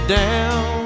down